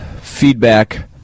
feedback